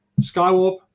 Skywarp